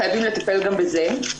חייבים לטפל גם בזה.